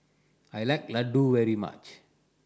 I like Ladoo very much